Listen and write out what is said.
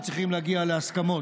וצריכים להגיע להסכמות.